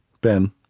Ben